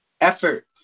effort